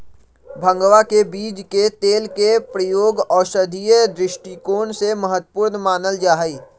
भंगवा के बीज के तेल के प्रयोग औषधीय दृष्टिकोण से महत्वपूर्ण मानल जाहई